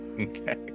Okay